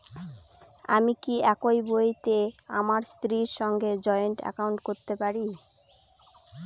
আমি কি একই বইতে আমার স্ত্রীর সঙ্গে জয়েন্ট একাউন্ট করতে পারি?